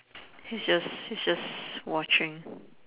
he's just he's just watching